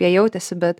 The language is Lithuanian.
jie jautėsi bet